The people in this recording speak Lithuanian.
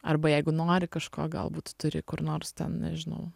arba jeigu nori kažko galbūt turi kur nors ten nežinau